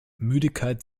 müdigkeit